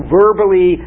verbally